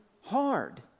hard